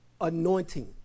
anointing